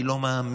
אני לא מאמין,